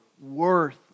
worth